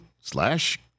slash